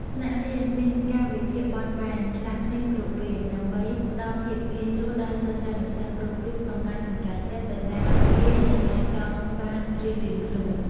ថ្នាក់រៀនមានកាលវិភាគបត់បែន ឆ្លាស់គ្នាគ្រប់វេន ដើម្បីផ្ដល់ភាពងាយស្រួលដល់សិស្សានុសិស្សគ្រប់រូបក្នុងការសម្រេចចិត្តទៅតាមពេលនៃការចង់បានរៀងៗខ្លួន។